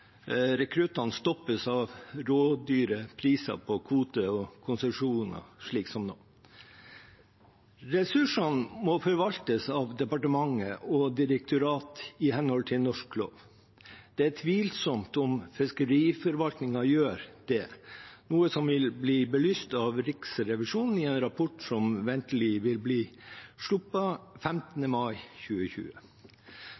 rekruttene stoppes av rådyre kvoter og konsesjoner, slik som nå. Ressursene må forvaltes av departement og direktorat i henhold til norsk lov. Det er tvilsomt om fiskeriforvaltningen gjør det, noe som vil bli belyst av Riksrevisjonen i en rapport som ventelig vil bli